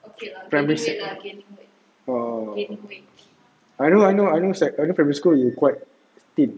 primary six oh I know I know sec primary school you quite thin